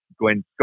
Gwen